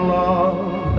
love